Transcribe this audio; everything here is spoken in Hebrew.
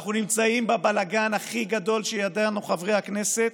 ואנחנו נמצאים בבלגן הכי גדול שידענו, חברי הכנסת,